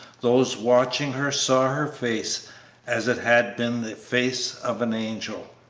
those watching her saw her face as it had been the face of an angel.